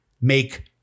make-